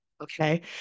Okay